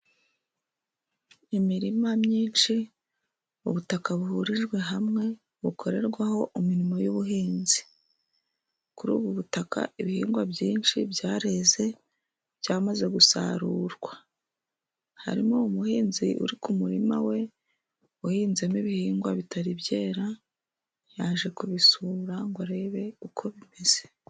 Imirima myinshi, ubutaka buhurijwe hamwe, bukorerwaho imirimo y'ubuhinzi. Kuri ubu butaka, ibihingwa byinshi byareze, byamaze gusarurwa. Harimo umuhinzi uri ku murima we, wahinzemo ibihingwa bitari byera, yaje kubisura ngo arebe uko bimeze.